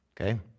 okay